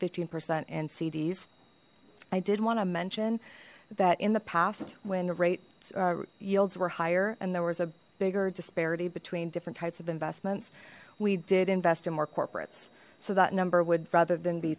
fifteen percent and cds i did want to mention that in the past when rate yields were higher and there was a bigger disparity between different types of investments we did invest in more corporates so that number would rather than be